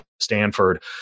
Stanford